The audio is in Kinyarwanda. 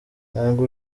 ntabwo